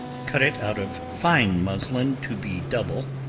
cut it out of fine muslin, to be double,